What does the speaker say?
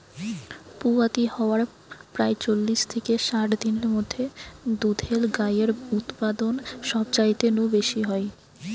পুয়াতি হয়ার প্রায় চল্লিশ থিকে ষাট দিনের মধ্যে দুধেল গাইয়ের উতপাদন সবচাইতে নু বেশি হয়